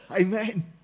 Amen